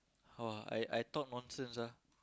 how ah I I talk nonsense ah